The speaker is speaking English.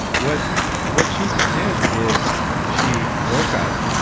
what what she did is she woke up,